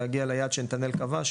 להגיע ליעד שנתנאל קבע,